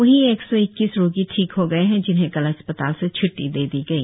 वहीं एक सौ इक्कीस रोगी ठिक हो गए है जिन्हें कल अस्पताल से छ्ट्टी दे दी गई